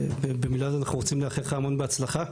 ובמילה אנחנו רוצים לאחל לך המון בהצלחה,